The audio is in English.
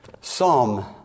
Psalm